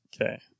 Okay